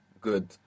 Good